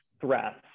threats